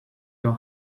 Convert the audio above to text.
your